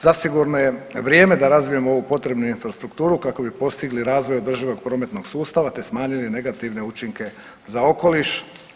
Zasigurno je vrijeme da razvijemo ovu potrebnu infrastrukturu kako bi postigli razvoj održivog prometnog sustava te smanjili negativne učinke za okoliš.